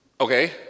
Okay